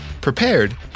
prepared